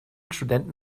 studenten